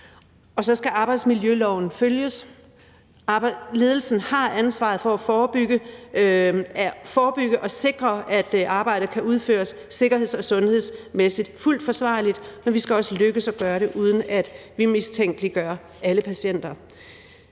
Og så skal arbejdsmiljøloven følges. Ledelsen har ansvaret for at forebygge og sikre, at arbejdet kan udføres sikkerheds- og sundhedsmæssigt fuldt forsvarligt, men vi skal også lykkes at gøre det, uden at vi mistænkeliggør alle patienter.